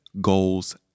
goals